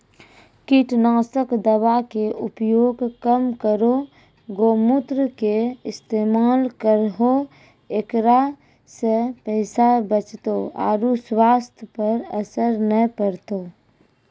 कीटनासक दवा के उपयोग कम करौं गौमूत्र के इस्तेमाल करहो ऐकरा से पैसा बचतौ आरु स्वाथ्य पर असर नैय परतौ?